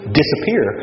disappear